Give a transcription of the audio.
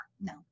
No